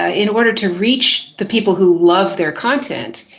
ah in order to reach the people who love their content,